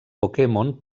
pokémon